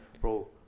Bro